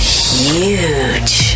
huge